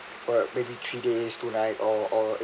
for maybe three days two night or or